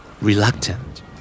Reluctant